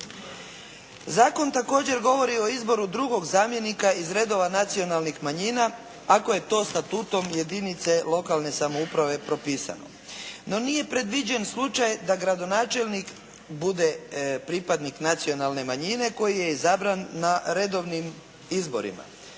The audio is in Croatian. Zakon također govori o izboru drugog zamjenika iz redova nacionalnih manjina ako je to statutom jedinice lokalne samouprave propisano. No, nije predviđen slučaj da gradonačelnik bude pripadnik nacionalne manjine koji je izabran na redovnim izborima,